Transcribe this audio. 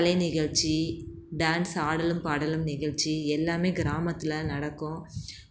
கலை நிகழ்ச்சி டான்ஸ் ஆடலும் பாடலும் நிகழ்ச்சி எல்லாம் கிராமத்தில் நடக்கும்